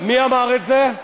מי אמר את זה?